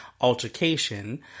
altercation